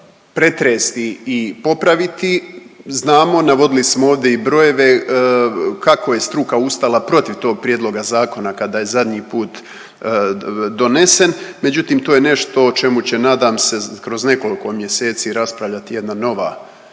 pretresti i popraviti. Znamo navodili smo ovdje i brojeve kako je struka ustala protiv tog prijedloga zakona kada je zadnji put donesen, međutim to je nešto o čemu će nadam se kroz nekoliko mjeseci raspravljati jedna nova